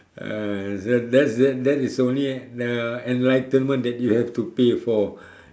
uh that that's that that is only the enlightenment that you have to pay for